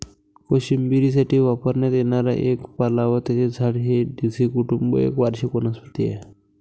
कोशिंबिरीसाठी वापरण्यात येणारा एक पाला व त्याचे झाड हे डेझी कुटुंब एक वार्षिक वनस्पती आहे